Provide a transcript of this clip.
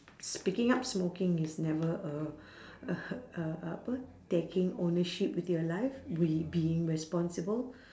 s~ picking up smoking is never uh uh uh apa taking ownership with your life we being responsible